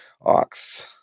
Ox